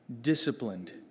disciplined